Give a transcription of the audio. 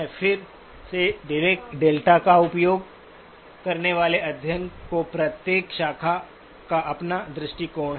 फिर से Dirac delta का उपयोग करने वाले अध्ययन की प्रत्येक शाखा का अपना दृष्टिकोण है